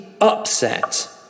upset